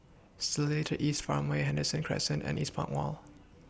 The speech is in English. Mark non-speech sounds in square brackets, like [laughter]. Seletar East Farmway Henderson Crescent and Eastpoint Mall [noise]